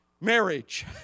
marriage